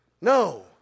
no